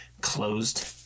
closed